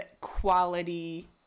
quality